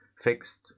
fixed